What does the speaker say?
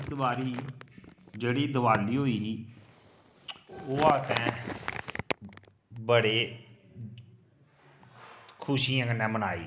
इस बारी जेह्ड़ी दिवाली होई ही ओह् असें बड़े खुशियें कन्नै मनाई